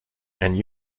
and